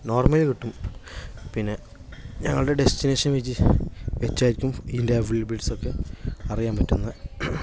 normally കിട്ടും പിന്നെ ഞങ്ങളുടെ ഡെസ്റ്റിനേഷൻ വെച്ച് വെച്ചായിരിക്കും ഇതിൻ്റെ അവൈലബിൾസൊക്കെ അറിയാൻ പറ്റുന്നത്